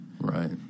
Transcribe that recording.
Right